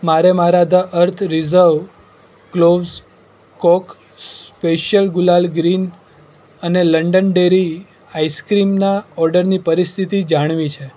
મારે મારા the earth reserve cloves coke special Gulal green અને લંડન ડેરી આઈસક્રીમના ઓર્ડરની પરિસ્થિતિ જાણવી છે